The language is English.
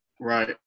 Right